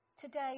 Today